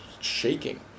shaking